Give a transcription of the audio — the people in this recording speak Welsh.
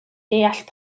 deall